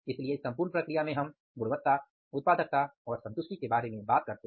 इसलिए इस सम्पूर्ण प्रक्रिया में हम गुणवत्ता उत्पादकता और संतुष्टि के बारे में बात करते हैं